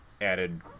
added